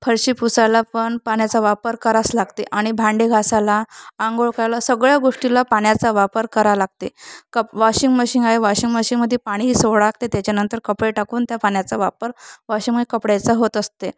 फरशी पुसायला पण पाण्याचा वापर करावंच लागते आणि भांडी घासायला आंघोळ करायला सगळ्या गोष्टीला पाण्याचा वापर करावं लागते कप वॉशिंग मशीन आहे वॉशिंग मशींगमध्ये पाणी सोडावं लागते त्याच्यानंतर कपडे टाकून त्या पाण्याचा वापर वॉशिंगमध्ये कपड्याचं होत असते